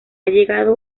llegado